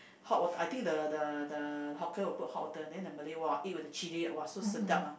hot water I think the the the hawker will put hot water then the Malay !wah! eat with the chilli !wah! so sedap ah